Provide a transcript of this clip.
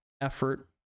effort